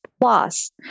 plus